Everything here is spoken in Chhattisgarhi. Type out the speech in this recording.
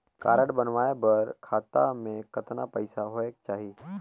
कारड बनवाय बर खाता मे कतना पईसा होएक चाही?